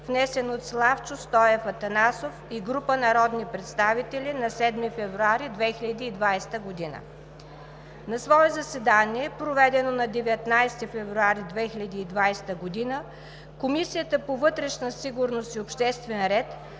представител Славчо Стоев Атанасов и група народни представители на 7 февруари 2020 г. На свое заседание, проведено на 19 февруари 2020 г., Комисията по вътрешна сигурност и обществен ред